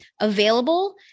available